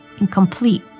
incomplete